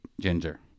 ginger